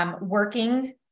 Working